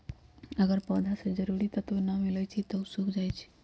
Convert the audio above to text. अगर पौधा स के जरूरी तत्व न मिलई छई त उ सूख जाई छई